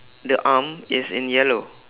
the arm is in yellow